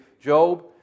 Job